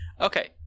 Okay